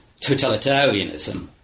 totalitarianism